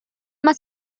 más